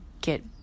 get